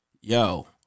Yo